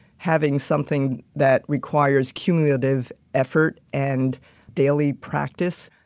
having something that requires cumulative effort and daily practice,